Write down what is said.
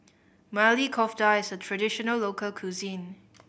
Maili Kofta is a traditional local cuisine